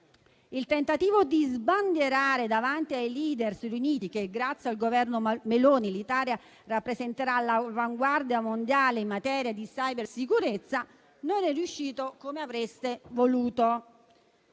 il tentativo di sbandierare davanti ai *leader* riuniti il fatto che, grazie al Governo Meloni, l'Italia rappresenterà l'avanguardia mondiale in materia di cybersicurezza non è riuscito come avreste voluto.